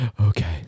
Okay